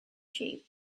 shape